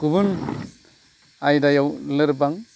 गुबुन आयदायाव लोरबां